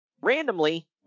Randomly